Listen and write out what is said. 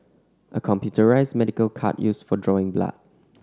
a computerised medical cart used for drawing blood